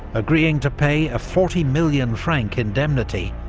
agreeing to pay a forty million franc indemnity,